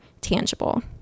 tangible